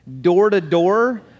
door-to-door